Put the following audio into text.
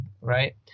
right